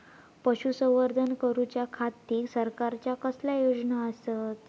पशुसंवर्धन करूच्या खाती सरकारच्या कसल्या योजना आसत?